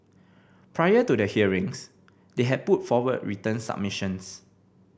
prior to the hearings they had put forward written submissions